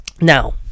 Now